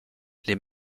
les